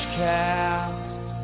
cast